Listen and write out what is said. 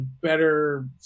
better